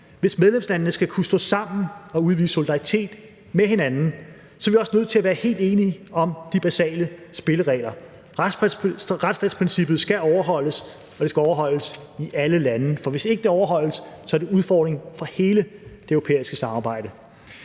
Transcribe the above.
hvis medlemslandene skal kunne stå sammen og udvise solidaritet med hinanden, så er vi også nødt til at være helt enige om de basale spilleregler. Retsstatsprincippet skal overholdes, og det skal overholdes i alle lande. For hvis ikke det overholdes, er det en udfordring for hele det europæiske samarbejde.